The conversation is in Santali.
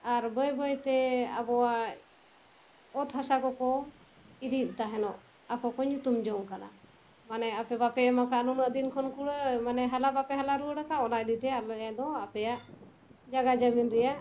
ᱟᱨ ᱵᱟᱹᱭ ᱵᱟᱹᱭᱛᱮ ᱟᱵᱚᱣᱟᱜ ᱚᱛ ᱦᱟᱥᱟ ᱠᱚᱠᱚ ᱤᱫᱤᱭᱮᱫ ᱛᱟᱦᱮᱱᱚᱜ ᱟᱠᱚ ᱠᱚ ᱧᱩᱛᱩᱢ ᱡᱚᱝ ᱠᱟᱱᱟ ᱢᱟᱱᱮ ᱟᱯᱮ ᱵᱟᱯᱮ ᱮᱢᱟᱠᱟᱫᱟ ᱱᱩᱱᱟᱹᱜ ᱫᱤᱱ ᱠᱷᱚᱱ ᱠᱩᱲᱟᱹᱭ ᱢᱟᱱᱮ ᱦᱟᱞᱟ ᱵᱟᱯᱮ ᱦᱟᱞᱟ ᱨᱩᱣᱟᱹᱲ ᱟᱠᱟᱫᱟ ᱚᱱᱟ ᱤᱫᱤᱛᱮ ᱟᱞᱮ ᱫᱚ ᱟᱯᱮᱭᱟᱜ ᱡᱟᱭᱜᱟ ᱡᱚᱢᱤᱱ ᱨᱮᱭᱟᱜ